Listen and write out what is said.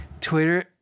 Twitter